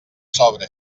sobre